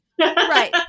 Right